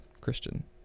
Christian